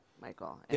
Michael